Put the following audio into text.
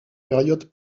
périodes